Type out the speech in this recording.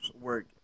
work